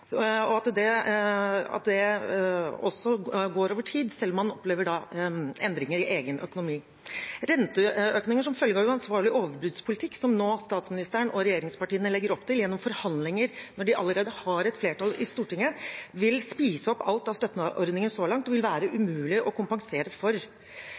og at det også går over tid, selv om man opplever endringer i egen økonomi. Renteøkninger som følge av uansvarlig overbudspolitikk – som nå statsministeren og regjeringspartiene legger opp til gjennom forhandlinger, når de allerede har et flertall i Stortinget – vil spise opp alt av støtteordninger så langt og vil være umulig å kompensere for.